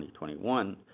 2021